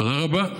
תודה רבה.